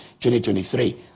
2023